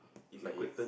like if